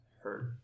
hurt